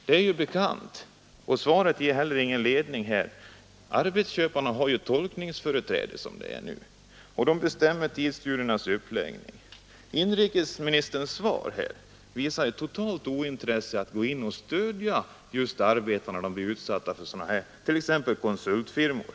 Det är bekant — och svaret heller inget annat — att arbetsköparna har tolkningsföreträde så som det är nu, och de bestämmer tidsstudiernas uppläggning. Inrikesministerns svar visar ett totalt ointresse för att gå in och skydda arbetarna när de blir utsatta för sådana här tidsstudier, exempelvis av konsultfirmor.